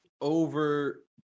over